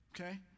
Okay